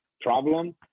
problem